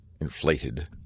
inflated